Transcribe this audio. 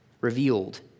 revealed